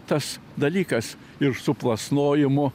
tas dalykas ir su plasnojimu